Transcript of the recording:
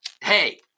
hey